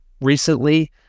recently